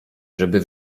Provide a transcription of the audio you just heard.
żeby